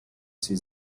цій